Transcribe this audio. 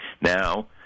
Now